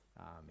amen